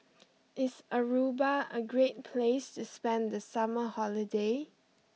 is Aruba a great place to spend the summer holiday